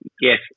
yes